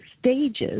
stages